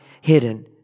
hidden